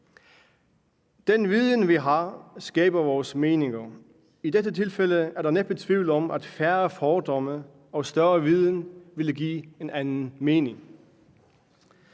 Den viden, vi har, skaber vores meninger. I dette tilfælde er der næppe tvivl om, at færre fordomme og større viden ville give en anden mening.